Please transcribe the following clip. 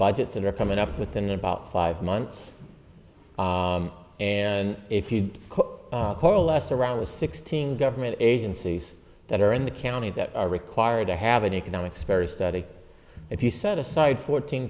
budgets that are coming up with an about five months and if you told us around with sixteen government agencies that are in the county that are required to have an economic spares study if you set aside fourteen